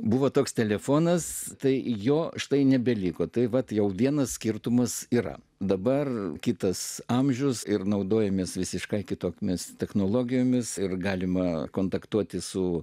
buvo toks telefonas tai jo štai nebeliko tai vat jau vienas skirtumas yra dabar kitas amžius ir naudojamės visiškai kitokiomis technologijomis ir galima kontaktuoti su